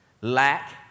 lack